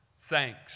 Thanks